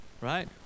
right